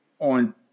on